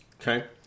Okay